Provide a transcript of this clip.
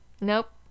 Nope